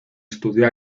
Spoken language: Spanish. estudió